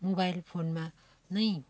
mobile फोनमा नै